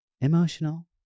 emotional